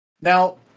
Now